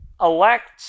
elect